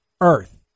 Earth